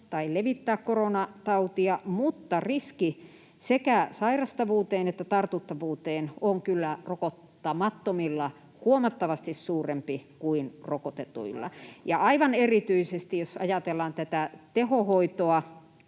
tai levittää koronatautia, mutta riski sekä sairastavuuteen että tartuttavuuteen on kyllä rokottamattomilla huomattavasti suurempi kuin rokotetuilla. [Mika Niikko: Entäs lasten osalta?]